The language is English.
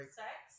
sex